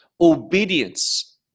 obedience